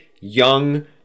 young